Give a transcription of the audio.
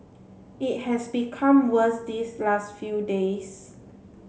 it has become worse these last few days